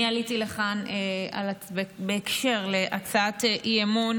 אני עליתי לכאן בהקשר של הצעת אי-אמון